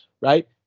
right